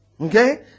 Okay